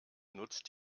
nutzt